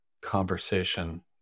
conversation